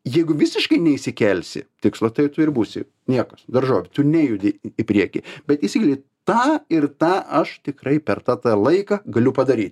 jeigu visiškai neįsikelsi tikslo tai tu ir būsi niekas daržovė tu nejudi į priekį bet išsikeli tą ir tą aš tikrai per tą tą laiką galiu padaryti